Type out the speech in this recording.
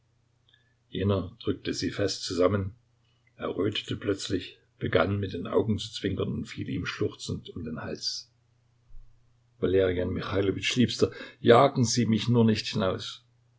jener drückte sie fest zusammen errötete plötzlich begann mit den augen zu zwinkern und fiel ihm schluchzend um den hals valerian michailowitsch liebster jagen sie mich nur nicht hinaus